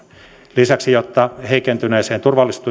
lisäksi jotta heikentyneeseen